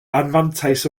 anfantais